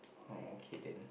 oh okay then